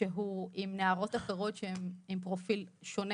שהוא עם נערות אחרות שהן עם פרופיל שונה